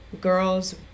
girls